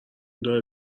داره